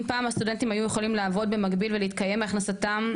אם פעם הסטודנטים יכלו לעבוד במקביל ולהתקיים מהכנסתם,